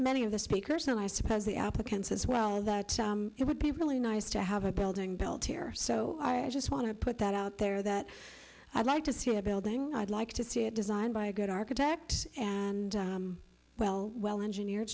many of the speakers and i suppose the applicants as well that it would be really nice to have a building built here so i just want to put that out there that i'd like to see a building i'd like to see it designed by a good architect and well well engineered